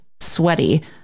sweaty